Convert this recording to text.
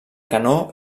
canó